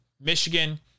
Michigan